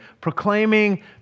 proclaiming